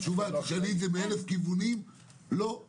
גם את תשאלי זאת מכל כיוון אפשרי,